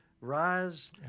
rise